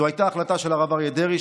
זו הייתה החלטה של הרב אריה דרעי,